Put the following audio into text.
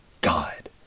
God